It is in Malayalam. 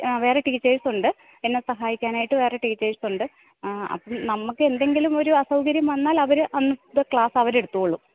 ആ വേറെ ടീച്ചേഴ്സുണ്ട് എന്നെ സഹായിക്കാനായിട്ട് വേറെ ടീച്ചേഴ്സുണ്ട് അപ്പം നമുക്ക് എന്തെങ്കിലും ഒരു അസൗകര്യം വന്നാൽ അവർ അന്നത്തെ ക്ലാസവർ എടുത്തോളും